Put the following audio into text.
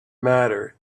matter